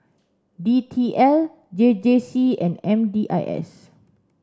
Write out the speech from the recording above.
D T L J J C and M D I S